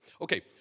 Okay